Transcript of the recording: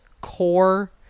core